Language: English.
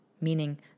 meaning